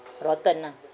rotten lah